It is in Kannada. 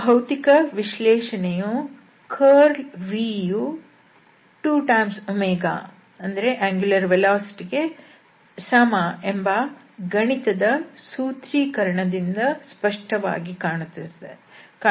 ಈ ಭೌತಿಕ ವಿಶ್ಲೇಷಣೆಯು ಕರ್ಲ್ v ಯು 2 ಕೋನೀಯ ವೇಗ ಕ್ಕೆ ಸಮ ಎಂಬ ಗಣಿತದ ಸೂತ್ರೀಕರಣದಿಂದ ಸ್ಪಷ್ಟವಾಗಿ ಕಾಣಿಸುತ್ತದೆ